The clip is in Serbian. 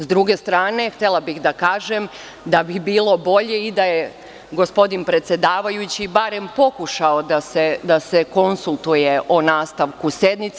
S druge strane, htela bih da kažem da bi bilo bolje i da je gospodin predsedavajući barem pokušao da se konsultuje o nastavku sednice.